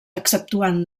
exceptuant